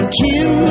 kin